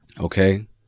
Okay